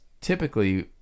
typically